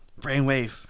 Brainwave